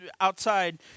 outside